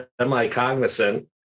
semi-cognizant